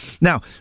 Now